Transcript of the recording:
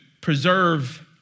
preserve